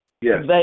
Yes